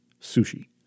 sushi